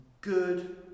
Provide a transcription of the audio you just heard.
good